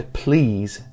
please